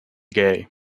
gaye